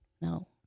no